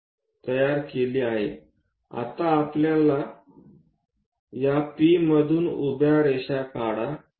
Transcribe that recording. आता आपल्याला या P मधून उभ्या रेषा काढा